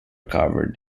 covered